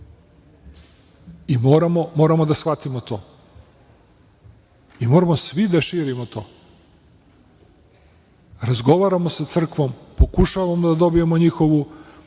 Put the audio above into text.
Moramo da shvatimo to. Moramo svi da širimo to. Razgovaramo sa crkvom, pokušavamo da dobijemo njihovu,